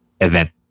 event